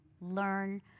learn